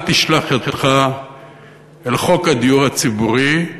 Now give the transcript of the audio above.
אל תשלח ידך אל חוק הדיור הציבורי,